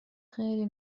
خیلی